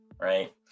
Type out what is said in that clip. Right